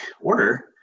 order